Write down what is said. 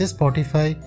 Spotify